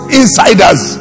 insiders